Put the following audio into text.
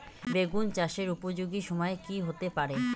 বেগুন চাষের উপযোগী সময় কি হতে পারে?